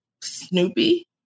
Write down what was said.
Snoopy